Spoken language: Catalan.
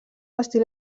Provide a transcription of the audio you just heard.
estil